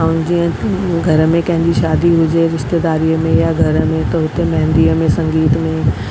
ऐं जीअं घर में कंहिंजी शादी हुजे रिश्तेदारीअ में या घर में त हुते मेंदीअ में संगीत में